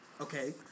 Okay